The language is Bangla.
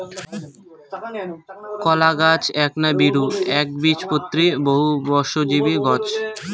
কলাগছ এ্যাকনা বীরু, এ্যাকবীজপত্রী, বহুবর্ষজীবী গছ